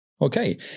Okay